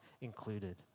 included